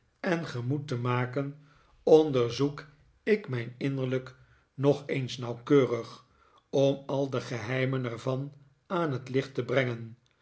gemis moed te maken onderzoek ik mijn innerlijk hog eens nauwkeurig om al de geheimen er van aan het licht te brengen